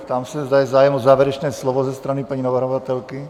Ptám se, zda je zájem o závěrečné slovo ze strany paní navrhovatelky?